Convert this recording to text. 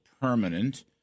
permanent